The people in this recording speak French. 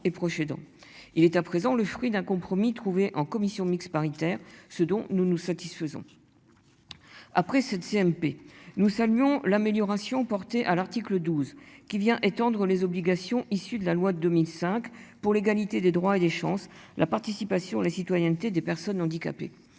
Il est à présent le fruit d'un compromis trouvé en commission mixte paritaire ce dont nous nous satisfaisons. Après cette CMP. Nous saluons l'amélioration porté à l'article 12 qui vient étendre les obligations issues de la loi de 2005 pour l'égalité des droits et des chances, la participation, la citoyenneté des personnes handicapées.